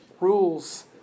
rules